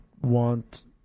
want